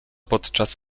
podczas